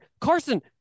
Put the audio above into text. carson